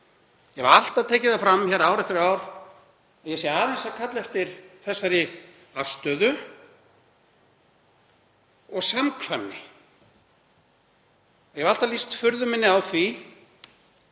ég hef alltaf tekið það fram ár eftir ár að ég sé aðeins að kalla eftir þessari afstöðu og samkvæmni. Ég hef alltaf lýst furðu minni á því